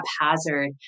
haphazard